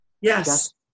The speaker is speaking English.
Yes